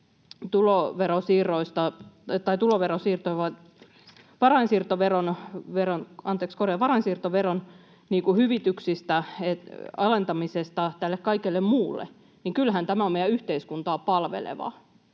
näistä varainsiirtoveron hyvityksistä, alentamisesta tälle kaikelle muulle, niin kyllähän tämä on meidän yhteiskuntaa palvelevaa.